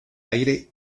aire